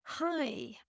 Hi